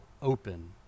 open